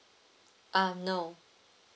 um no